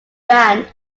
banned